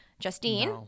justine